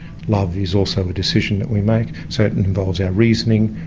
love is also a decision that we make. so it and involves our reasoning.